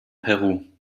peru